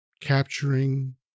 capturing